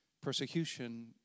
persecution